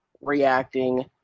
reacting